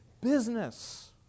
business